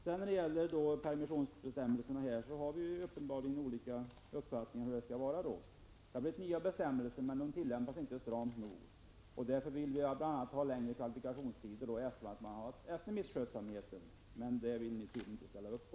När det sedan gäller permissionsbestämmelserna har vi tydligen olika uppfattning om hur de skall vara. Vi har fått nya bestämmelser, men de tillämpas inte stramt nog. Därför vill vi bl.a. ha längre kvalifikationstider efter misskötsamhet. Det vill ni tydligen inte ställa upp på.